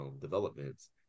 developments